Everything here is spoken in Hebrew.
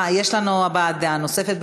יש לנו הבעת דעה נוספת.